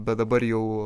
bet dabar jau